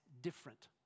different